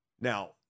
Now